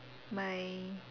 my